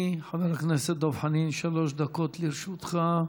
אדוני חבר הכנסת דב חנין, שלוש דקות לרשותך.